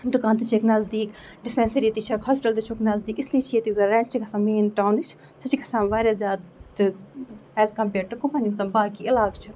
دُکان تہِ چھِ ییٚتہِ نَزدیٖک ڈِسپینسٔری تہِ چھکھ ہاسپِٹل تہِ چھُکھ نزدیٖک اس لیے چھِ ییٚتہِ یُس زن رینٹ چھِ گژھان مین ٹونٕچ سۄ چھےٚ گژھان واریاہ زیادٕ ایز کَمپیٲڑ ٹوٚ کٕمن یِم زَن باقٕے علاقہٕ چھِ